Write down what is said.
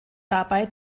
dabei